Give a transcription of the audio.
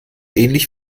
ähnlich